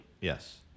Yes